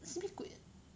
simi 鬼